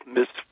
Miss